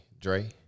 Dre